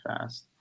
fast